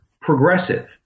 progressive